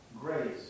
grace